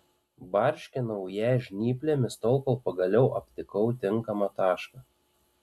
barškinau ją žnyplėmis tol kol pagaliau aptikau tinkamą tašką